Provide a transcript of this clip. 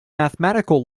mathematical